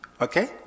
Okay